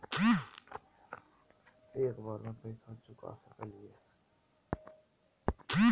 एक बार में पैसा चुका सकालिए है?